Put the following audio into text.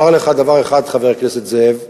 אומר לך דבר אחד, חבר הכנסת זאב,